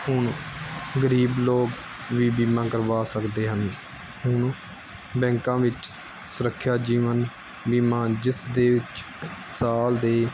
ਹੁਣ ਗਰੀਬ ਲੋਕ ਵੀ ਬੀਮਾ ਕਰਵਾ ਸਕਦੇ ਹਨ ਹੁਣ ਬੈਂਕਾਂ ਵਿੱਚ ਸੁਰੱਖਿਆ ਜੀਵਨ ਬੀਮਾ ਜਿਸ ਦੇ ਵਿੱਚ ਸਾਲ ਦੇ